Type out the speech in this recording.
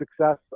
success